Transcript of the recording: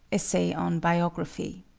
essay on biography.